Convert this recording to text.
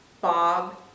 Bob